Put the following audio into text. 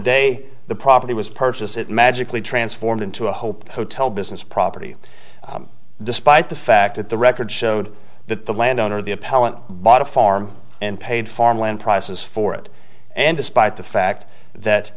day the property was purchased it magically transformed into a hope hotel business property despite the fact that the record showed that the landowner the appellant bought a farm and paid farmland prices for it and despite the fact that